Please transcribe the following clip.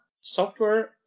software